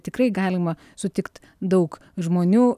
tikrai galima sutikt daug žmonių